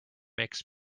makes